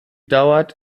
dauert